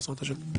בעזרת השם.